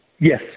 Yes